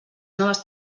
noves